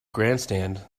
grandstand